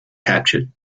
captured